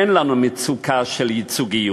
אין לנו מצוקה של ייצוגיות,